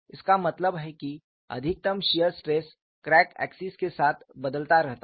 इसका मतलब है कि अधिकतम शियर स्ट्रेस क्रैक एक्सिस के साथ बदलता रहता है